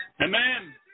Amen